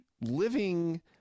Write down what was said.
living